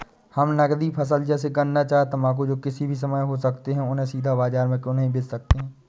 हम नगदी फसल जैसे गन्ना चाय तंबाकू जो किसी भी समय में हो सकते हैं उन्हें सीधा बाजार में क्यो नहीं बेच सकते हैं?